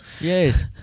Yes